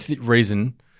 reason